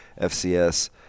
FCS